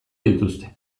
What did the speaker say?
dituzte